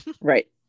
Right